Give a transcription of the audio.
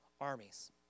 armies